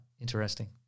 Interesting